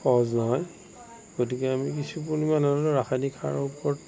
সহজ নহয় গতিকে আমি কিছু পৰিমাণে হ'লেও ৰাসায়নিক সাৰৰ ওপৰত